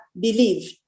believe